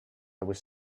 was